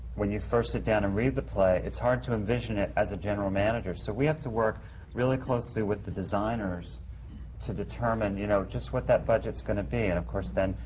when you first sit down and read the play, it's hard to envision it as a general manager. so we have to work really closely with the designers to determine, you know, just what that budget's going to be. and of course, then,